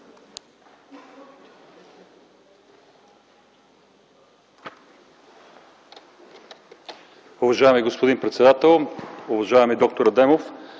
Уважаеми господин председател! Уважаеми д-р Адемов,